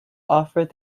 offered